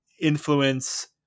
influence